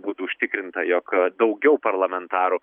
būtų užtikrinta jog daugiau parlamentarų